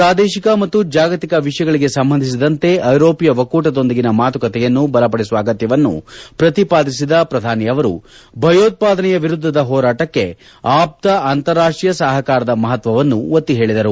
ಪ್ರಾದೇಶಿಕ ಮತ್ತು ಜಾಗತಿಕ ವಿಷಯಗಳಿಗೆ ಸಂಬಂಧಿಸಿದಂತೆ ಐರೋಷ್ನ ಒಕ್ಕೂಟದೊಂದಿಗಿನ ಮಾತುಕತೆಯನ್ನು ಬಲಪಡಿಸುವ ಅಗತ್ಯವನ್ನು ಶ್ರತಿಪಾದಿಸಿದ ಶ್ರಧಾನಿಯವರು ಭಯೋತ್ಪಾದನೆಯ ವಿರುದ್ದದ ಹೋರಾಟಕ್ಕೆ ಆಪ್ತ ಅಂತಾರಾಷ್ಷೀಯ ಸಹಕಾರದ ಮಹತ್ವವನ್ನು ಒತ್ತಿ ಹೇಳಿದರು